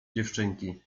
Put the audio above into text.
dziewczynki